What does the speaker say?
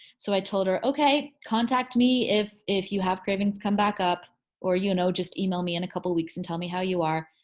so i told her, okay, contact me if if you have cravings come back up or you know just email me in a couple weeks and tell me how you are.